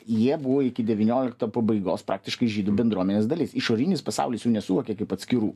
jie buvo iki devyniolikto pabaigos praktiškai žydų bendruomenės dalis išorinis pasaulis jų nesuvokė kaip atskirų